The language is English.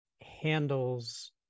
handles